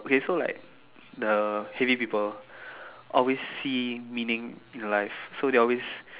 okay so like the heavy people always see meaning in life so they always